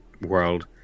world